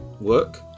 work